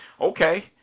okay